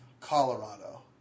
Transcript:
Colorado